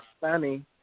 funny